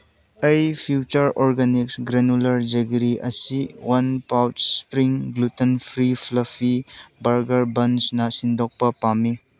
ꯑꯩ future organics granular jaggery ꯑꯁꯤ one pouch ꯏꯁꯄ꯭ꯔꯤꯡ ꯒ꯭ꯂꯨꯇꯟ ꯐ꯭ꯔꯤ ꯐ꯭ꯂꯐꯤ ꯕꯔꯒꯔ ꯕꯟꯁꯅ ꯁꯤꯟꯗꯣꯛꯄ ꯄꯥꯝꯃꯤ